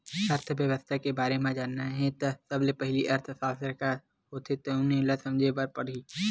अर्थबेवस्था के बारे म जानना हे त सबले पहिली अर्थसास्त्र का होथे तउन ल समझे बर परही